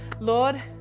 Lord